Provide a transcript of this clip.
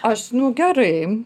aš gerai